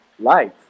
life